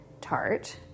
tart